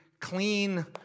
clean